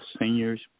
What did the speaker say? seniors